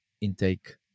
intake